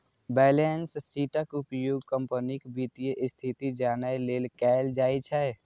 balance शीटक उपयोग कंपनीक वित्तीय स्थिति जानै लेल कैल जाइ छै